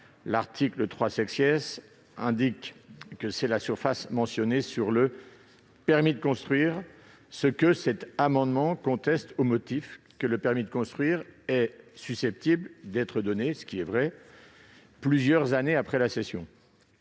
l'article 3 indique que c'est la surface mentionnée sur le permis de construire, ce que cet amendement conteste au motif que le permis de construire est susceptible d'être donné plusieurs années après la cession-